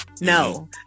No